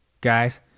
guys